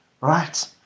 Right